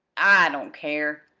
i don't care,